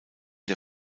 der